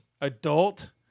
adult